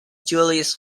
julius